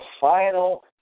final